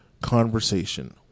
conversation